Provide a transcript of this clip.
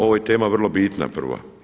Ovo je tema vrlo bitna prva.